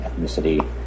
ethnicity